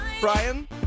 Brian